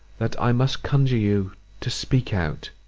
that i must conjure you to speak out.